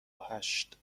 هشت